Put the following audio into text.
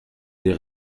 des